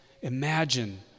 Imagine